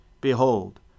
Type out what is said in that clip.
Behold